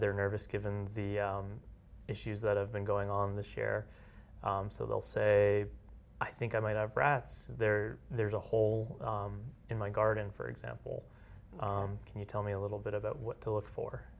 they're nervous given the issues that have been going on the share so they'll say i think i might have rats there there's a hole in my garden for example can you tell me a little bit about what to look for